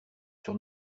sur